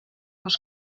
was